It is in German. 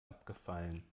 abgefallen